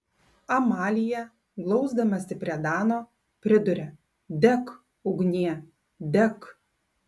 amalija glausdamasi prie dano priduria dek ugnie dek